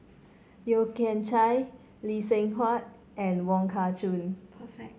Yeo Kian Chai Lee Seng Huat and Wong Kah Chun